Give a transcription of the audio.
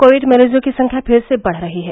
Covid मरीजों की संख्या फिर से बढ़ रही है